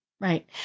Right